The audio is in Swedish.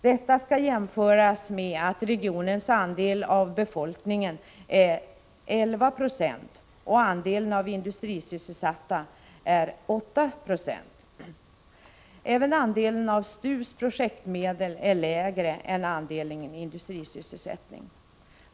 Detta skall jämföras med att regionens andel av befolkningen är 11 26 och andelen av industrisysselsatta är 8 20. Även andelen av STU:s projektmedel är lägre än andelen industrisysselsättning.